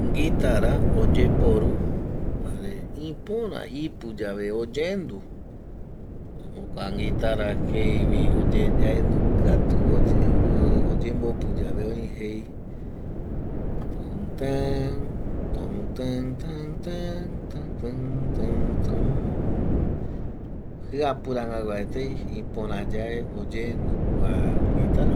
Nguitara oyeporu jare ipöra ipuyave oyendu jokua nguitara jeivi oye yaendukatu oyembopuyae jei tüten, tütentu tentutentuten, jiapu rangagua etei ipöra yae oyendu kua nguitara